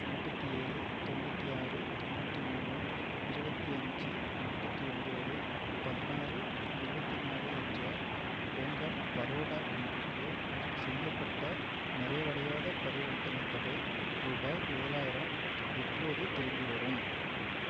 நாற்பத்தி ஏழு தொண்ணூற்றி ஆறு தொண்ணூற்றி மூணு இருபத்தி அஞ்சு நாற்பத்தி ஒம்பது பதினாறு இருபத்தி நாலு என்ற பேங்க் ஆஃப் பரோடா கணக்குக்கு செய்யப்பட்ட நிறைவடையாத பரிவர்த்தனைத் தொகை ரூபாய் ஏழாயிரம் எப்போது திரும்பி வரும்